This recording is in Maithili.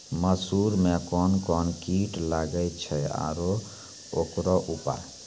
मसूर मे कोन कोन कीट लागेय छैय आरु उकरो उपाय?